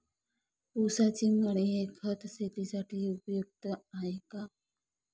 ऊसाची मळी हे खत शेतीसाठी उपयुक्त आहे का?